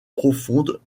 profonde